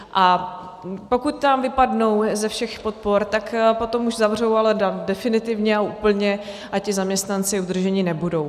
A pokud tam vypadnou ze všech podpor, tak potom už zavřou, ale definitivně a úplně, a ti zaměstnanci udrženi nebudou.